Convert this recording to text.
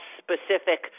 specific